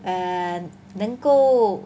err 能够